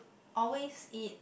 always eat